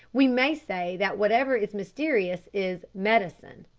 we may say that whatever is mysterious is medicine.